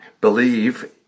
believe